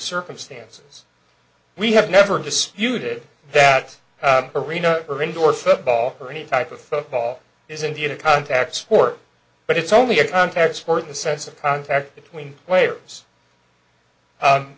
circumstances we have never disputed that arena or indoor football or any type of football is indeed a contact sport but it's only a contact sport in the sense of contact between players